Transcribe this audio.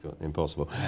impossible